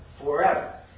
forever